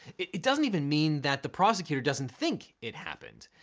it doesn't even mean that the prosecutor doesn't think it happened.